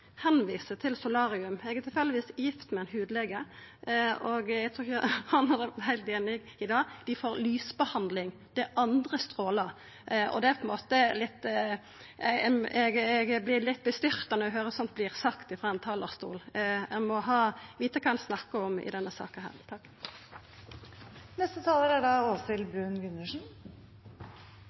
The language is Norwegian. Til dette med at hudlegar viser folk til solarium: Eg er tilfeldigvis gift med ein hudlege, og eg trur ikkje han er heilt einig i det. Dei får lysbehandling – det er andre strålar. Eg vert litt forskrekka når eg høyrer sånt vert sagt frå denne talarstolen. Ein må vita kva ein snakkar om i denne saka.